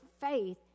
faith